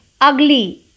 ugly